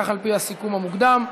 כך על-פי הסיכום המוקדם.